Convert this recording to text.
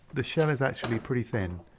the shell is actually pretty thin,